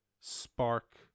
spark